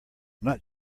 not